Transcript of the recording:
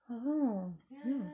oh ya